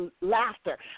laughter